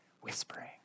whispering